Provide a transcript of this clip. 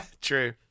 True